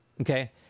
okay